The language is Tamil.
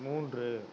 மூன்று